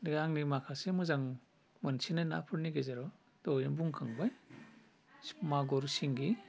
बे आंनि माखासे मोजां मोनसिन्नाय नाफोरनि गेजेराव दहायनो बुंखांबाय मागुर सिंगि